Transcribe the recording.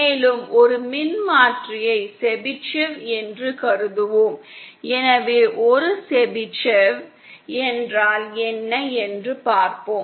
மேலும் ஒரு மின்மாற்றியை செபிஷேவ் என்று கருதுவோம் எனவே ஒரு செபிஷேவ்வ் என்றால் என்ன என்று பார்ப்போம்